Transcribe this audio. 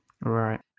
Right